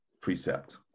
precept